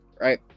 Right